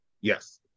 Yes